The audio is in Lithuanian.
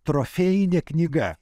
trofėjinė knyga